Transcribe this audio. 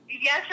yes